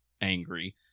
angry